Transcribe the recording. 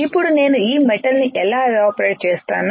ఇప్పుడు నేను ఈ మెటల్ ని ఎలా ఎవాపరేట్ చేస్తాను